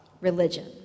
religion